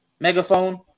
Megaphone